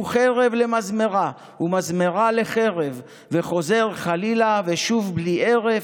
חרב למזמרה ומזמרה לחרב / וחוזר חלילה ושוב בלי הרף.